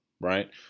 right